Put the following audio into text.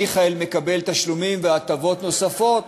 מיכאל מקבל תשלומים והטבות נוספות